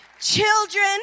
Children